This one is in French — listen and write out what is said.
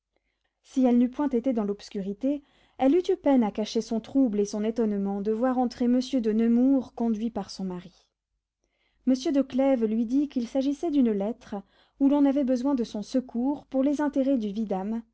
si elle n'eût point été dans l'obscurité elle eût eu peine à cacher son trouble et son étonnement de voir entrer monsieur de nemours conduit par son mari monsieur de clèves lui dit qu'il s'agissait d'une lettre où l'on avait besoin de son secours pour les intérêts du vidame